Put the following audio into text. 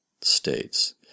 states